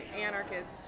anarchist